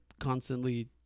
constantly